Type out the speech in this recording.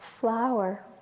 flower